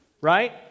Right